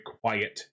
quiet